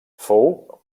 fou